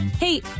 Hey